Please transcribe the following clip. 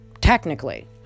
technically